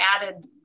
added